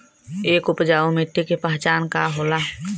एक उपजाऊ मिट्टी के पहचान का होला?